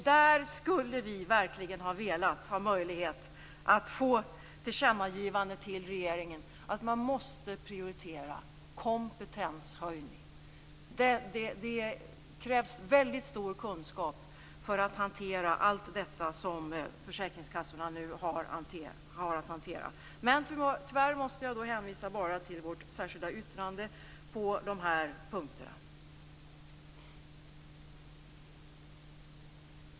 Där skulle vi verkligen velat få till stånd ett tillkännagivande till regeringen om att man måste prioritera kompetenshöjning. Det krävs väldigt stor kunskap för att hantera allt det som försäkringskassorna nu har att hantera. Tyvärr måste jag hänvisa bara till vårt särskilda yttrande på dessa punkter.